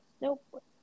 nope